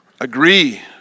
agree